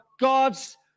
God's